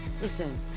Listen